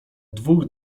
dwóch